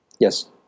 Yes